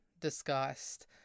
discussed